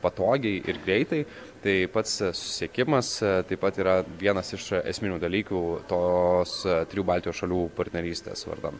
patogiai ir greitai tai pats susisiekimas taip pat yra vienas iš esminių dalykų tos trijų baltijos šalių partnerystės vardan